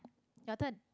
your turn